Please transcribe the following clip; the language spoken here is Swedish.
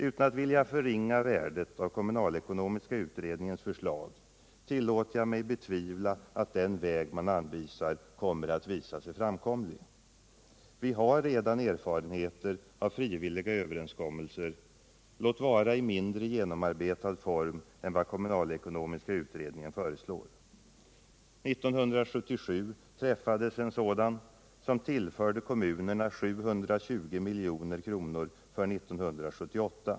Utan att vilja förringa värdet av kommunalekonomiska utredningens förslag tillåter jag mig betvivla att den väg man anvisar kommer att visa sig framkomlig. Vi har redan erfarenheter av frivilliga överenskommelser, låt vara i mindre genomarbetad form än vad kommunalekonomiska utredningen föreslår. 1977 träffades en sådan, som tillförde kommunerna 720 milj.kr. för 1978.